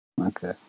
Okay